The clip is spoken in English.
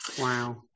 Wow